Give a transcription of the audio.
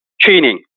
training